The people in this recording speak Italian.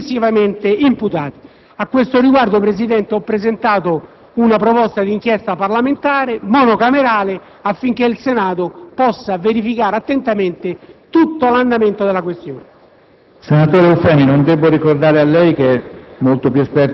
su tutti gli atti di Governo per come possono essere successivamente imputati. A questo riguardo, signor Presidente, ho presentato una proposta d'inchiesta parlamentare monocamerale, affinché il Senato possa verificare attentamente tutto l'andamento della questione.